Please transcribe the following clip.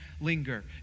linger